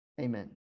Amen